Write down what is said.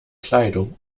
kleidung